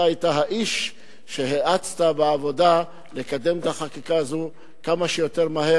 אתה היית האיש שהאיץ את העבודה לקידום החקיקה הזאת מהר ככל האפשר,